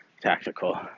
tactical